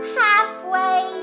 halfway